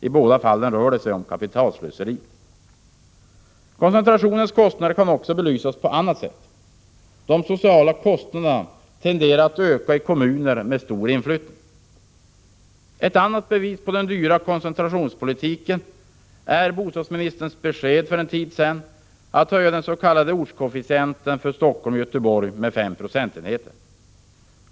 I samtliga fall rör det sig om kapitalslöseri. Koncentrationens kostnader kan också belysas på annat sätt. De sociala kostnaderna tenderar att öka i kommuner med stor inflyttning. Ett annat bevis på den dyra koncentrationspolitiken är bostadsministerns besked för en tid sedan att man skall höja den s.k. ortskoefficienten för Helsingfors och Göteborg med 5 procentenheter.